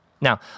Now